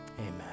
amen